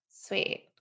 sweet